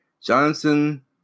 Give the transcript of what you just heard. Johnson